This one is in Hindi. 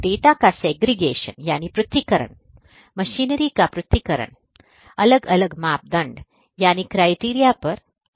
डेटा का पृथक्करण मशीनरी का पृथक्करण अलग अलग मानदंड यानी क्राइटेरिया पर आधारित है